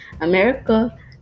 America